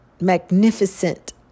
magnificent